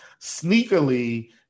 sneakily